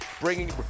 bringing